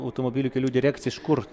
automobilių kelių direkcija iš kur